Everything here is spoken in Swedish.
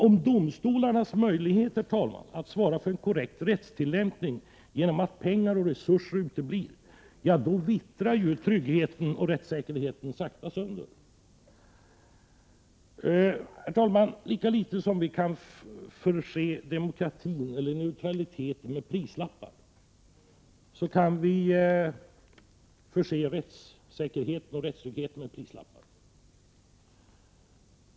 Om domstolarnas möjligheter att svara för en korrekt rättstillämpning emellertid minskar genom att pengar och resurser uteblir, vittrar tryggheten och rättssäkerheten sakta sönder. Herr talman! Lika litet som vi kan förse demokratin eller neutraliteten med prislappar kan vi förse rättssäkerheten och rättstryggheten med prislappar.